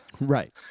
Right